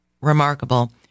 remarkable